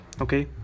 Okay